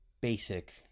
basic